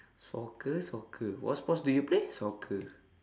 soccer soccer what sports do you play soccer